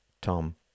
Tom